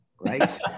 right